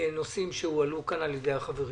הנושאים שהועלו כאן על ידי החברים.